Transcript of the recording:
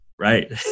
right